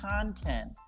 content